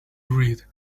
read